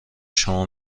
شما